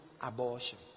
abortion